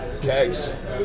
kegs